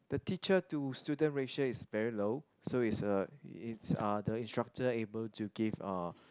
the teacher to student ratio is very low so it's uh it's uh the instructor able to give uh